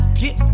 get